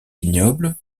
vignobles